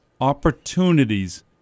opportunities